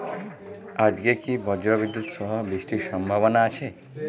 আজকে কি ব্রর্জবিদুৎ সহ বৃষ্টির সম্ভাবনা আছে?